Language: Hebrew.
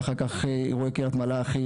ואחר כך אירועי קריית מלאכי,